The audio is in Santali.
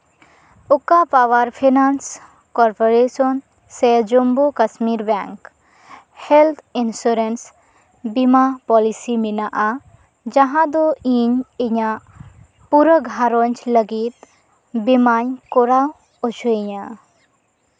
ᱚᱠᱟ ᱯᱟᱣᱟᱨ ᱯᱷᱤᱱᱟᱱᱥ ᱠᱚᱨᱯᱚᱨᱮᱥᱚᱱ ᱥᱮ Jammu Kashmir bank health insurance ᱵᱤᱢᱟ ᱯᱚᱞᱤᱥᱤ ᱢᱮᱱᱟᱜᱼᱟ ᱡᱟᱦᱟᱸ ᱫᱚ ᱤᱧ ᱤᱧᱟᱹᱜ ᱯᱩᱨᱟᱹ ᱜᱷᱟᱨᱚᱸᱡᱽ ᱞᱟᱹᱜᱤᱫ ᱵᱤᱢᱟᱧ ᱠᱚᱨᱟᱣ ᱦᱚᱪᱚᱭᱟ